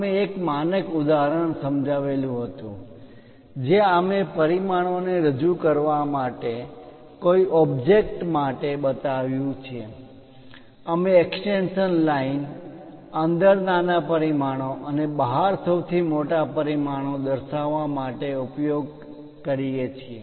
અમે એક માનક ઉદાહરણ સમજાવેલ હતુ જ્યાં અમે પરિમાણોને રજૂ કરવા માટે કોઈ ઓબ્જેક્ટ માટે બતાવ્યું છે અમે એક્સ્ટેંશન લાઈન અંદર નાના પરિમાણો અને બહાર સૌથી મોટા પરિમાણો દર્શાવવા માટે ઉપયોગ કરીએ છીએ